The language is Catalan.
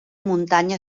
muntanya